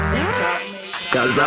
Cause